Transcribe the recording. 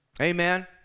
Amen